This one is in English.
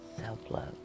Self-love